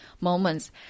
moments